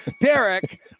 Derek